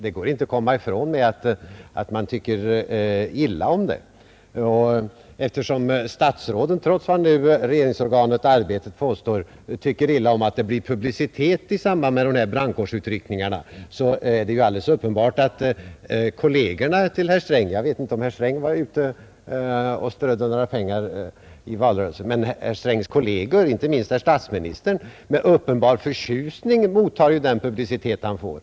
Det går inte att komma ifrån bara genom att säga att man tycker illa om det. Eftersom statsråden trots vad regeringsorganet Arbetet påstår inte tycker illa om att det blir publicitet i samband med dessa brandkårsutryckningar är det alldeles uppenbart att kollegerna till herr Sträng — jag vet inte om herr Sträng var ute och strödde några pengar i valrörelsen — med uppenbar förtjusning, och detta gäller inte minst statsministern, godtager den publicitet de får.